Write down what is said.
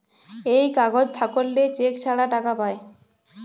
এই কাগজ থাকল্যে চেক ছাড়া টাকা পায়